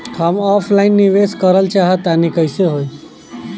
हम ऑफलाइन निवेस करलऽ चाह तनि कइसे होई?